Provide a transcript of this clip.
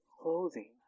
clothing